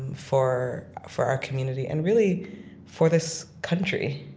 for for our community and really for this country.